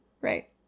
Right